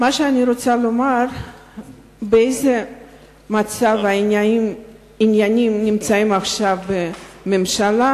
אני רוצה לשאול באיזה מצב העניינים נמצאים עכשיו בממשלה